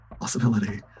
possibility